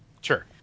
Sure